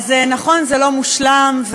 נכון, זה לא מושלם.